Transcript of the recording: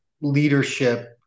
leadership